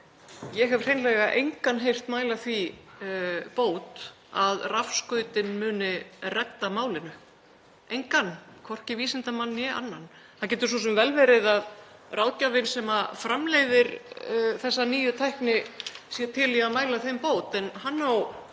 ég hef hreinlega engan heyrt mæla því bót að rafskautin muni redda málinu — engan, hvorki vísindamenn né aðra. Það getur svo sem vel verið að ráðgjafinn sem framleiðir þessa nýju tækni sé til í að mæla þeim bót en hann á